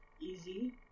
easy